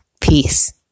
Peace